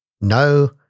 No